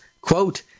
Quote